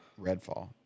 Redfall